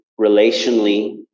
relationally